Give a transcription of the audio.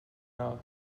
now